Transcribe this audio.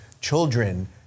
children